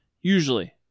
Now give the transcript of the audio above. usually